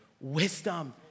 wisdom